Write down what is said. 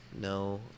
No